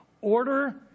Order